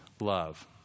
love